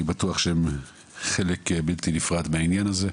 אני בטוח שהם חלק בלתי נפרד מהעניין הזה.